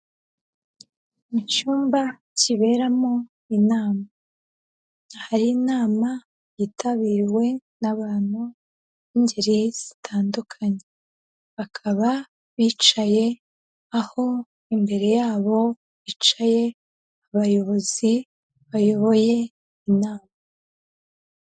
Mu cyumba kiberamo inama, hari inama yitabiriwe n'abantu b'ingeri zitandukanye, bakaba bicaye aho imbere yabo hicaye abayobozi bayoboye inama.